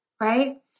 right